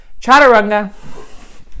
chaturanga